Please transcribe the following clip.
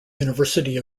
university